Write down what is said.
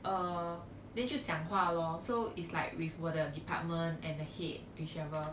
uh then 就讲话 lor so it's like with 我的 department and the head whichever